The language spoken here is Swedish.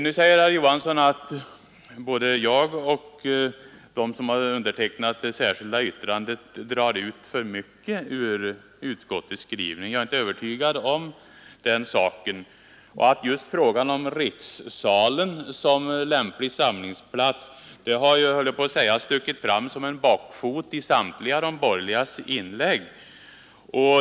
Nu säger herr Johansson i Trollhättan att både jag och de som har avgivit det särskilda yttrandet drar ut för mycket ur utskottets skrivning. Jag är inte övertygad om den saken. Och just frågan om rikssalen som lämplig samlingsplats har stuckit fram som en bockfot i samtliga de borgerligas inlägg.